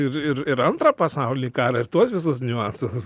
ir ir ir antrą pasaulinį karą ir tuos visus niuansus